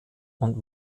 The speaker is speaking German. und